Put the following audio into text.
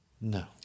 no